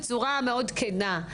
בצורה מאוד כנה,